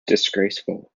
disgraceful